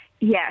Yes